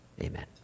amen